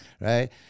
right